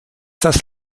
das